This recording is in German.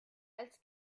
als